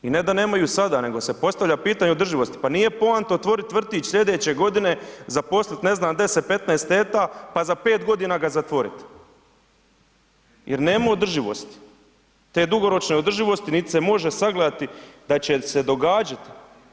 I ne da nemaju sada nego se postavlja pitanje održivosti, pa nije poanta otvorit vrtić slijedeće godine, zaposlit ne znam 10, 15 teta pa za 5 godina ga zatvoriti jer nema održivosti, te dugoročne održivosti niti se može sagledati da će događati.